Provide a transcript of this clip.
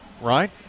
right